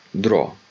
draw